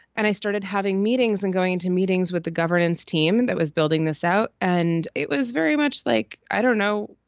and i started having meetings and going to meetings with the governance team that was building this out. and it was very much like, i don't know,